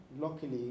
luckily